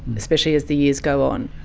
especially as the years go on.